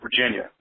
Virginia